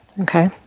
Okay